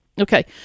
Okay